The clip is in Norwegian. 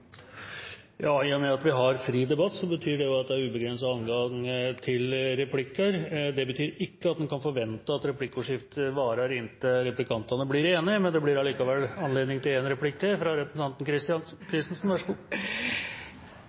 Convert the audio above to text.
I og med at vi har fri debatt, betyr det også at det er ubegrenset adgang til replikker. Det betyr ikke at en kan forvente at replikkordskiftet varer inntil replikantene blir enige, men det blir allikevel anledning til én replikk til fra representanten Christensen.